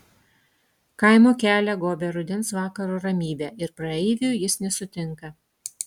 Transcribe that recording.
kaimo kelią gobia rudens vakaro ramybė ir praeivių jis nesutinka